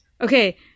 Okay